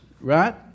right